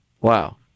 Wow